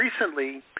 recently